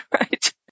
right